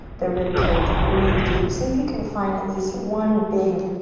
the ribcage. breathe deep. see if you can find at least one big,